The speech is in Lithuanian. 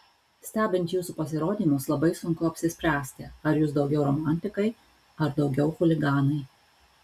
stebint jūsų pasirodymus labai sunku apsispręsti ar jūs daugiau romantikai ar daugiau chuliganai